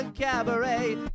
cabaret